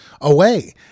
away